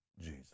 Jesus